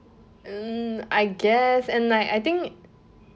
mm I guess and like I think